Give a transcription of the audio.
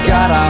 God